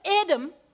Adam